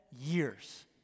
years